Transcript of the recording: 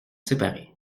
séparés